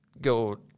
go